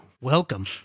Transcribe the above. Welcome